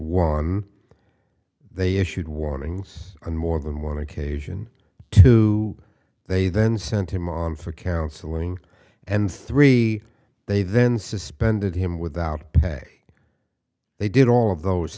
one they issued warnings and more than one occasion two they then sent him on for counseling and three they then suspended him without pay they did all of those